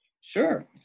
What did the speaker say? Sure